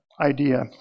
idea